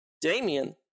Damien